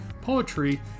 poetry